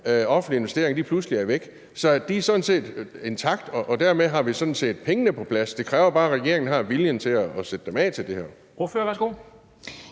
offentlige investeringer, pludselig er væk. De er sådan set intakte, og dermed har vi pengene på plads. Det kræver bare, at regeringen har viljen til at sætte dem af til det her.